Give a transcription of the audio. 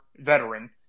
veteran